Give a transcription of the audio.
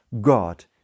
God